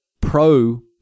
pro-